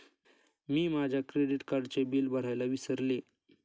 मी माझ्या क्रेडिट कार्डचे बिल भरायला विसरले